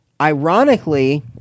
ironically